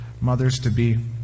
mothers-to-be